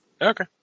Okay